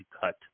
cut